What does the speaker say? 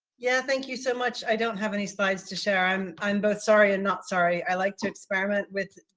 yeah, thank you so much. i don't have any slides to share. i'm i'm both sorry and not sorry i like to experiment with,